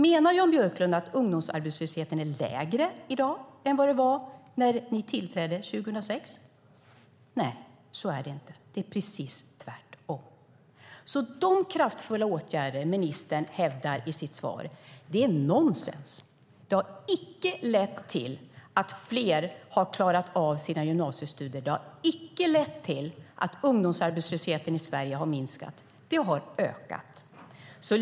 Menar Jan Björklund att ungdomsarbetslösheten är lägre i dag än vad den var när ni tillträdde 2006? Nej, så är det inte. Det är precis tvärtom. De kraftfulla åtgärder ministern pratar om i sitt svar är nonsens. De har icke lett till att fler har klarat av sina gymnasiestudier. De har icke lett till att ungdomsarbetslösheten i Sverige har minskat. Den har ökat.